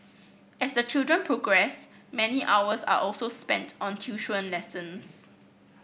as the children progress many hours are also spent on tuition lessons